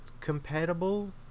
compatible